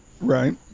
Right